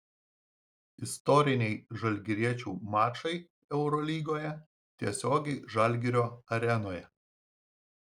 istoriniai žalgiriečių mačai eurolygoje tiesiogiai žalgirio arenoje